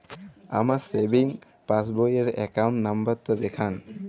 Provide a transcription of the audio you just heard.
আমার সেভিংস পাসবই র অ্যাকাউন্ট নাম্বার টা দেখান?